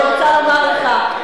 אני רוצה לומר לך,